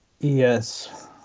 yes